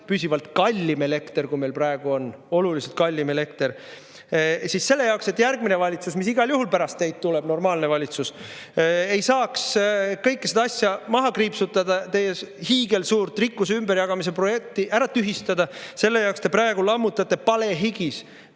püsivalt kallim elekter, kui meil praegu on. Oluliselt kallim elekter! Selle jaoks, et järgmine, normaalne valitsus, mis igal juhul pärast teid tuleb, ei saaks kõike seda maha kriipsutada, teie hiigelsuurt rikkuse ümberjagamise projekti ära tühistada, selle jaoks te praegu lammutate palehigis